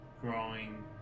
growing